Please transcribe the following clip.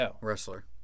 wrestler